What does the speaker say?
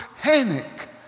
panic